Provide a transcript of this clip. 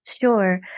Sure